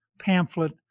pamphlet